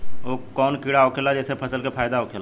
उ कौन कीड़ा होखेला जेसे फसल के फ़ायदा होखे ला?